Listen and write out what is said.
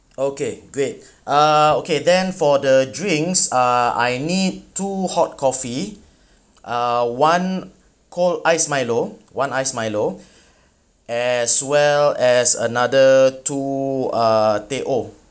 okay great uh okay then for the drinks uh I need two hot coffee uh one cold iced milo one iced milo as well as another two uh teh O